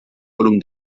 volum